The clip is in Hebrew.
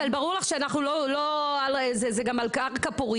מגדרי): << יור >> ברור לך שהדברים שלנו הם על קרקע פורייה,